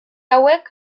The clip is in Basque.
hauek